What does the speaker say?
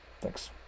thanks